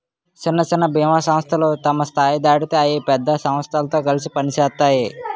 సిన్న సిన్న బీమా సంస్థలు తమ స్థాయి దాటితే అయి పెద్ద సమస్థలతో కలిసి పనిసేత్తాయి